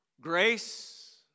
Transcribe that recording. Grace